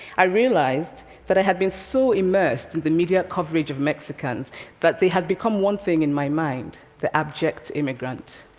i realized that i had been so immersed in and the media coverage of mexicans that they had become one thing in my mind, the abject immigrant.